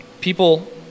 people